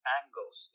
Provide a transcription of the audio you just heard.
angles